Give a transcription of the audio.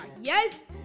Yes